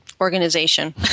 Organization